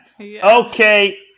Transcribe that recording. Okay